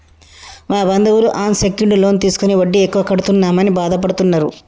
మా బంధువులు unsecured loan తీసుకుని వడ్డీ ఎక్కువ కడుతున్నామని బాధపడుతున్నరు